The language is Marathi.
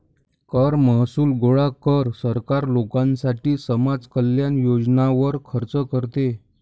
कर महसूल गोळा कर, सरकार लोकांसाठी समाज कल्याण योजनांवर खर्च करते